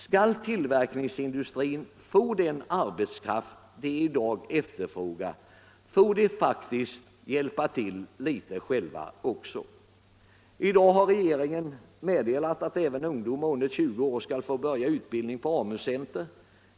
Skall tillverkningsindustrin få den arbetskraft den i dag efterfrågar, får den faktiskt hjälpa till litet själv också. I dag har regeringen meddelat att även ungdomar under 20 år skall få börja utbildning vid AMU-center.